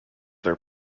their